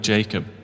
Jacob